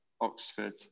Oxford